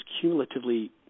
cumulatively